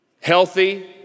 Healthy